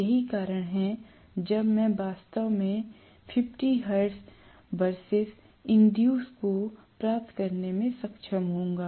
यही कारण है जब मैं वास्तव में 50 हर्ट्ज वरसेस इन्ड्यूस को प्राप्त करने में सक्षम होऊंगा